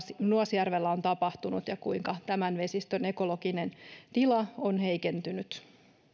nuasjärvellä on tapahtunut ja kuinka tämän vesistön ekologinen tila on heikentynyt